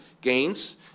gains